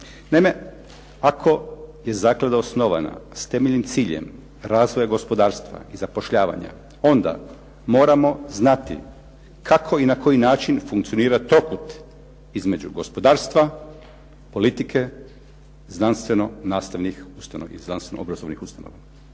ako je zaklada osnovana s temeljnim ciljem razvoja gospodarstva i zapošljavanja onda moramo znati kako i na koji način funkcionira trokut između gospodarstva, politike, znanstveno nastavnih ustanova i znanstveno obrazovnih ustanova,